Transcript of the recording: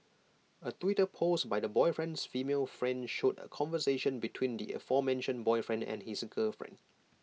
A Twitter post by the boyfriend's female friend showed A conversation between the aforementioned boyfriend and his girlfriend